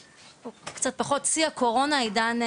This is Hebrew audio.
בשיא הקורונה, עידן,